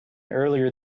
earlier